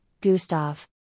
Gustav